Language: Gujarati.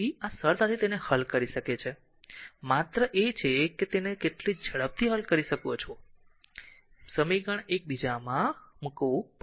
તેથી આ સરળતાથી તેને હલ કરી શકે છે માત્ર છે કે તેને કેટલી ઝડપથી હલ કરી શકે છે સમીકરણ એક બીજામાં મૂકવું